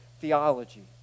theology